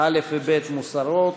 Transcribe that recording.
א' וב' מוסרות.